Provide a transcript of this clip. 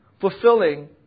fulfilling